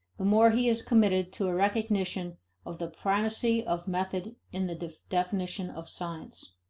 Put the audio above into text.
the more he is committed to a recognition of the primacy of method in the definition of science.